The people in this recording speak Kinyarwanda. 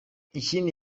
ikindi